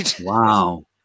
Wow